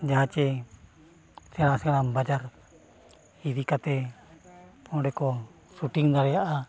ᱡᱟᱦᱟᱸ ᱪᱮ ᱥᱮᱬᱟ ᱥᱮᱬᱟ ᱵᱟᱡᱟᱨ ᱤᱫᱤ ᱠᱟᱛᱮᱫ ᱚᱸᱰᱮ ᱠᱚ ᱥᱩᱴᱤᱝ ᱫᱟᱲᱮᱭᱟᱜᱼᱟ